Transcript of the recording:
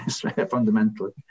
fundamentally